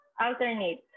alternate